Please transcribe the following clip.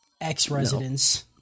ex-residents